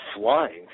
flying